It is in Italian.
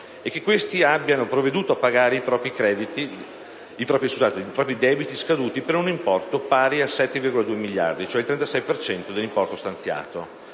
e che questi abbiano provveduto a pagare i propri debiti scaduti per un importo pari a 7,2 miliardi di euro, cioè il 36 per cento dell'importo stanziato.